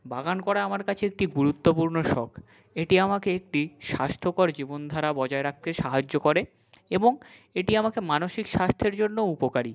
বাগান করা আমার কাছে একটি গুরুত্বপূর্ণ শখ এটি আমাকে একটি স্বাস্থ্যকর জীবনধারা বজায় রাখতে সাহায্য করে এবং এটি আমাকে মানসিক স্বাস্থ্যের জন্যও উপকারী